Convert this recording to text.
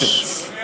מסצ'וסטס.